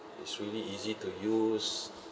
it's really easy to use